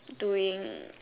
doing